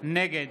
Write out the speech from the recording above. נגד